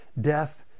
Death